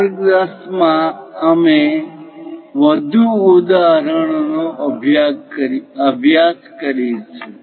વર્ગ 10 માં અમે વધુ ઉદાહરણો નો અભ્યાસ કરીશું